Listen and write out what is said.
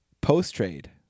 Post-trade